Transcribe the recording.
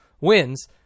wins